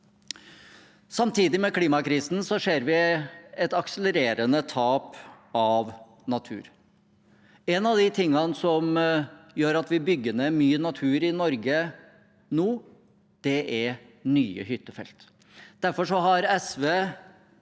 Samtidig med klimakrisen ser vi et akselererende tap av natur. En av de tingene som gjør at vi bygger ned mye natur i Norge nå, er nye hyttefelt. Derfor har SV